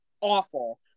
awful